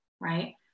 right